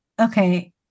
okay